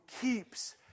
keeps